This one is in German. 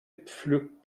pflückt